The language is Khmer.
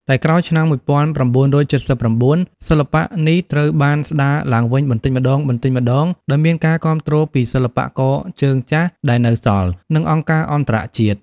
តែក្រោយឆ្នាំ ១៩៧៩ សិល្បៈនេះត្រូវបានស្ដារឡើងវិញបន្តិចម្ដងៗ ដោយមានការគាំទ្រពីសិល្បករជើងចាស់ដែលនៅសល់ និងអង្គការអន្តរជាតិ ។